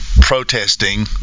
protesting